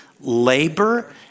labor